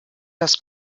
das